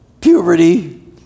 puberty